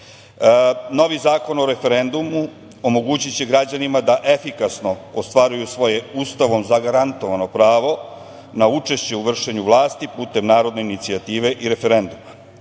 Novi zakon o referendumu omogućiće građanima da efikasno ostvaruju svoje Ustavom zagarantovano pravo na učešće u vršenju vlasti putem narodne inicijative i referenduma.